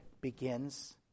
begins